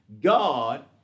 God